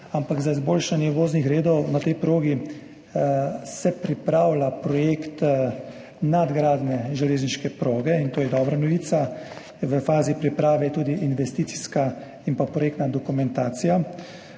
vlakov. Za izboljšanje voznih redov na tej progi se pripravlja projekt nadgradnje železniške proge, in to je dobra novica. V fazi priprave je tudi investicijska in projektna dokumentacija.